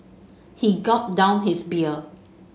he gulped down his beer